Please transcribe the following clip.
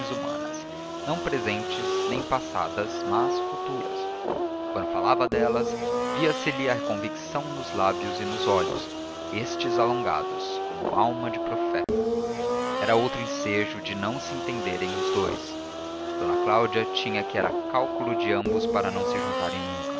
humanas não presentes nem passadas mas futuras quando falava delas via-se-lhe a convicção nos lábios e nos olhos estes alongados como alma de profeta era outro ensejo de se não entenderem os dous d cláudia tinha que era cálculo de ambos para se não juntarem nunca